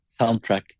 soundtrack